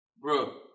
bro